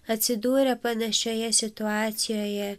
atsidūrę panašioje situacijoje